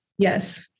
Yes